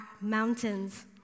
mountains